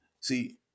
see